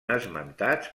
esmentats